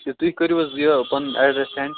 اچھا تُہۍ کٔرو حظ یہِ پَنُن ایٚڈرَس سینٛڈ